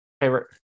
favorite